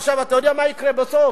עכשיו, אתה יודע מה יקרה בסוף?